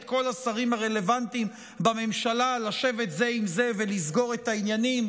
כל השרים הרלוונטיים בממשלה לשבת זה עם זה ולסגור את העניינים,